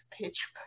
pitch